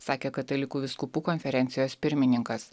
sakė katalikų vyskupų konferencijos pirmininkas